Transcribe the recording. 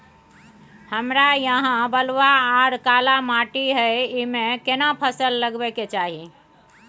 हमरा यहाँ बलूआ आर काला माटी हय ईमे केना फसल लगबै के चाही?